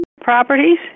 properties